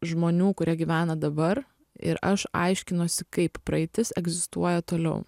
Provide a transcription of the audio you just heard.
žmonių kurie gyvena dabar ir aš aiškinuosi kaip praeitis egzistuoja toliau